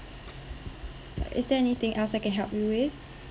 is there anything else I can help you with